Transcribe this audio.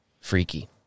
Freaky